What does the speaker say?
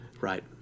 Right